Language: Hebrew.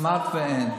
כמעט אין.